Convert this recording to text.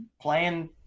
playing